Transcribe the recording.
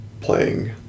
playing